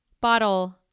bottle